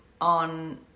on